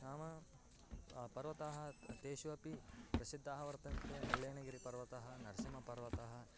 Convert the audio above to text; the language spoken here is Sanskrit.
नाम पर्वताः तेषु अपि प्रसिद्धाः वर्तन्ते मुळ्ळय्यनगिरि पर्वतः नर्सिम्हपर्वतः